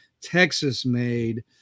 Texas-made